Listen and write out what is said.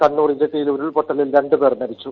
കണ്ണൂർ ഇരിട്ടിയിൽ ഉരുൾപൊട്ടലിൽ രണ്ടുപേർ മിരിച്ചു